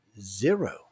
zero